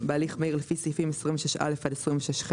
בהליך מהיר לפי סעיפים 26א עד 26ח,